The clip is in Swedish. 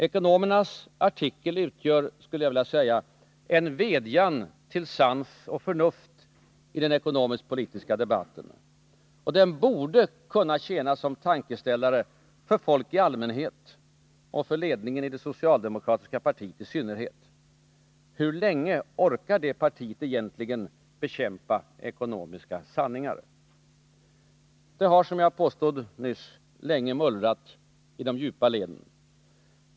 Ekonomernas artikel utgör — skulle jag vilja säga — en vädjan om sans och förnuft i den ekonomiskt-politiska debatten. Den borde kunna tjäna som en tankeställare för folk i allmänhet och för ledningen i det socialdemokratiska partiet i synnerhet. Hur länge orkar det partiet egentligen bekämpa ekonomiska sanningar? Det har, som jag nyss sade, länge mullrat i de djupa leden.